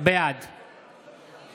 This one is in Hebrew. בעד